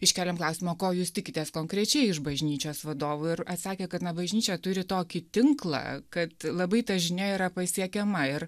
iškėlėm klausimą o ko jūs tikitės konkrečiai iš bažnyčios vadovų ir atsakė kad na bažnyčia turi tokį tinklą kad labai ta žinia yra pasiekiama ir